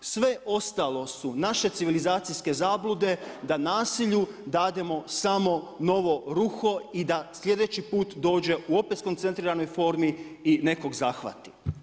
Sve ostalo su naše civilizacijske zablude da nasilju dademo samo novo ruho i da sljedeći put dođe opet u skoncentriranoj formi i nekog zahvati.